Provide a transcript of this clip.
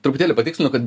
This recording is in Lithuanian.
truputėlį patikslinu kad